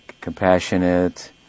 compassionate